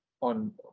on